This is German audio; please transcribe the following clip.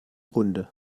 runde